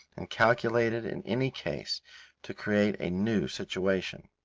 and calculated in any case to create a new situation.